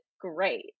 Great